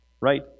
right